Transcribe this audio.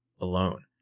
alone